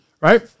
Right